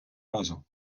разу